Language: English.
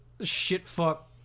shit-fuck